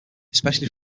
especially